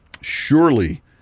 Surely